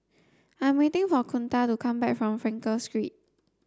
I'm waiting for Kunta to come back from Frankel Street